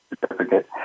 certificate